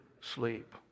sleep